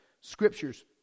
scriptures